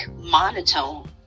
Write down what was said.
monotone